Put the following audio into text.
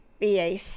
BAC